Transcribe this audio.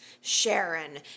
Sharon